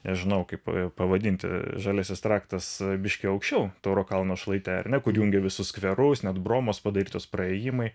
nežinau kaip pavadinti žaliasis traktas biškį aukščiau tauro kalno šlaite kur jungia visus skverus net bromos padarytos praėjimai